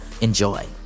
Enjoy